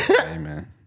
Amen